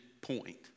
point